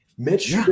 Mitch